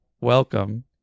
welcome